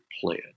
plan